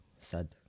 sad